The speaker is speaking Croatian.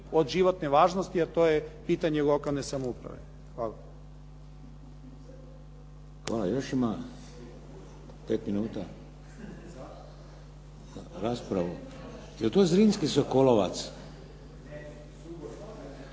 od životne važnosti, a to je pitanje lokalne samouprave. Hvala.